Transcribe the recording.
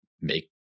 make